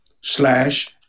slash